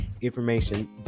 information